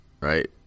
Right